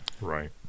Right